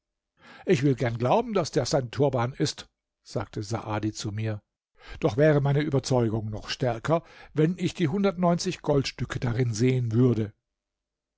ich will gern glauben daß es dein turban ist sagte saadi zu mir doch wäre meine überzeugung noch stärker wenn ich die hundertundneunzig goldstücke darin sehen würde